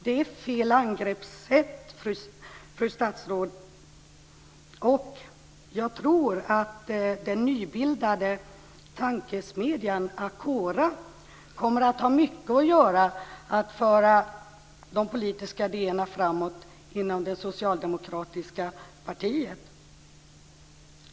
Det är fel angreppssätt, fru statsråd! Jag tror att den nybildade tankesmedjan Acora kommer att ha mycket att göra för att föra de politiska idéerna framåt inom det socialdemokratiska partiet.